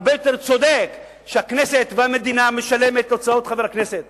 הרבה יותר צודק שהכנסת והמדינה משלמות את ההוצאות של חבר הכנסת